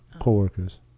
Co-workers